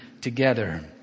together